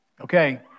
Okay